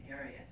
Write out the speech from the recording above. area